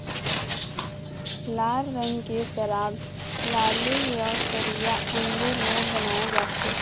लाल रंग के शराब लाली य करिया अंगुर ले बनाए जाथे